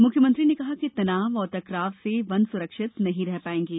मुख्यमंत्री ने कहा कि तनाव और टकराव से वन सुरक्षित नहीं रह पायेगें